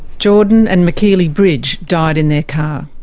jordan and makeely bridge died in their car,